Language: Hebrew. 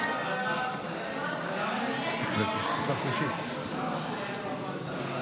סעיפים 1 8, כהצעת הוועדה, נתקבלו.